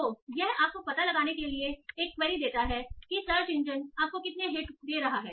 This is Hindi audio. तो यह आपको पता लगाने के लिए एक क्वेरी देता है कि सर्च इंजन आपको कितने हिट दे रहा है